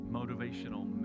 motivational